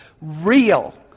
real